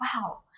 wow